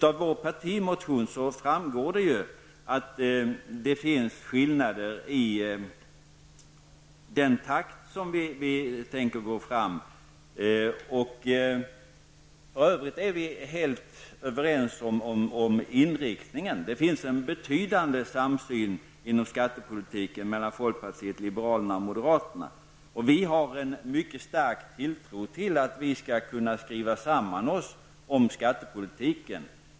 Av vår partimotion framgår ju att det finns skillnader i fråga om den takt i vilken vi vill gå fram. För övrigt är vi helt överens med moderaterna om inriktningen. Det finns en betydande samsyn inom skattepolitiken mellan folkpartiet liberalerna och moderaterna. Vi har en mycket stark tilltro till att vi skall kunna skriva oss samman om skattepolitiken.